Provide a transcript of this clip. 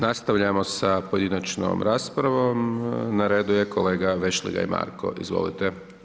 Nastavljamo sa pojedinačnom raspravom, na redu je kolega Vešligaj Marko, izvolite.